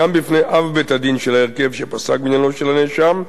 גם בפני אב בית-הדין של ההרכב שפסק בעניינו של הנאשם,